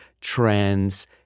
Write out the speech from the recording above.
trends